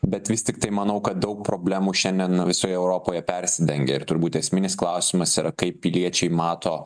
bet vis tiktai manau kad daug problemų šiandien visoje europoje persidengia ir turbūt esminis klausimas yra kaip piliečiai mato